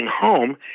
home